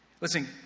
Listen